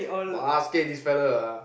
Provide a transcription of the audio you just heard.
basket this fellow ah